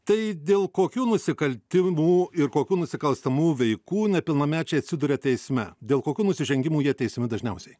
tai dėl kokių nusikaltimų ir kokių nusikalstamų veikų nepilnamečiai atsiduria teisme dėl kokių nusižengimų jie teisiami dažniausiai